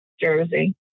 Jersey